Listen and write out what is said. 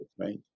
right